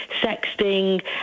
sexting